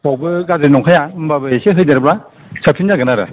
बावबो गाज्रि नंखाया होनबाबो एसे होदेरबा साबसिन जागोन आरो